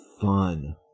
fun